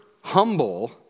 humble